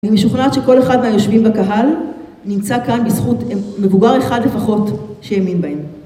אני משוכנעת שכל אחד מהיושבים בקהל נמצא כאן בזכות מבוגר אחד לפחות שהאמין בהם.